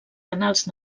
canals